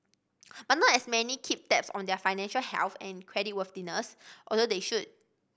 but not as many keep tabs on their financial health and creditworthiness although they should